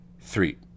three